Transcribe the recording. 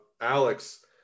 Alex